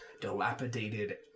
dilapidated